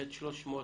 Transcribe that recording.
ח-300,